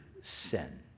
sin